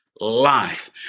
life